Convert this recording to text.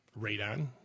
radon